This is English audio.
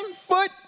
foot